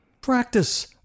Practice